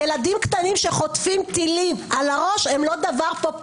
ילדים קטנים שחוטפים טילים על הראש,